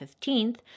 15th